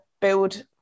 build